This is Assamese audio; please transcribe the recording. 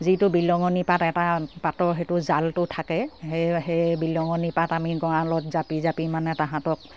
যিটো বিহলঙনী পাত এটা পাতৰ সেইটো জালটো থাকে সেই সেই বিহলঙনী পাত আমি গঁৰালত জাপি জাপি মানে তাহাঁতক